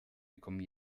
bekommen